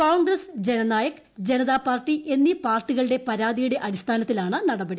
Congress Jannayak Janta party എന്നീ പാർട്ടികളുടെ പരാതിയുടെ അടിസ്ഥാനത്തിലാണ് നടപടി